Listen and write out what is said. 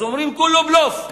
אומרים: כולו בלוף.